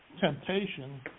temptation